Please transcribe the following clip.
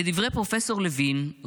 לדברי פרופ' לוין,